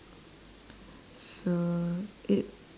so it~